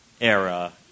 era